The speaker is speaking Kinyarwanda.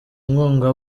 inkunga